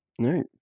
right